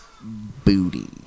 Booty